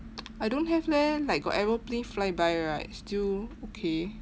I don't have leh like got aeroplane fly by right still okay